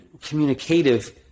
communicative